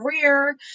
career